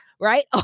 Right